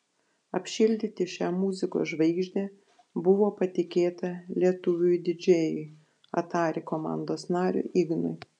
apšildyti šią muzikos žvaigždę buvo patikėta lietuviui didžėjui atari komandos nariui ignui